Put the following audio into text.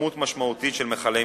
כמות משמעותית של מכלי משקה,